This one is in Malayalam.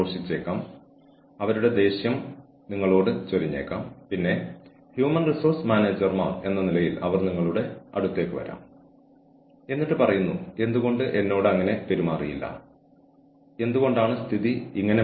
ഈ മയക്കുമരുന്ന് ഉപയോഗം ജീവനക്കാരന്റെ സ്വന്തം ഉൽപ്പാദനക്ഷമതയെ ബാധിക്കുന്നുണ്ടോ അതോ ജോലിസ്ഥലത്തെ മറ്റ് ജീവനക്കാരുടെ ഉൽപ്പാദനക്ഷമത ഉൽപ്പാദനം എന്നിവയെ തടസ്സപ്പെടുത്തുന്ന പെരുമാറ്റങ്ങളിലേക്ക് ഇത് നയിക്കുന്നുണ്ടോ എന്നിവ കണ്ടെത്തണം